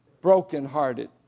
brokenhearted